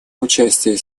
участие